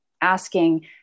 asking